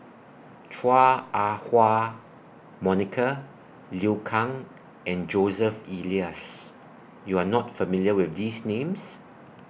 Chua Ah Huwa Monica Liu Kang and Joseph Elias YOU Are not familiar with These Names